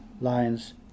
lines